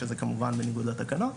שזה כמובן בניגוד לתקנות.